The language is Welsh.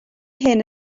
hyn